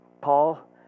Paul